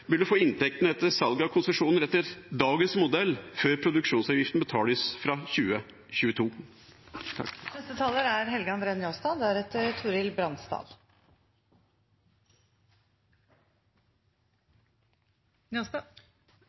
burde få inntektene etter salg av konsesjoner etter dagens modell, før produksjonsavgiften betales fra 2022.